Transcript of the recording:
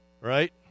right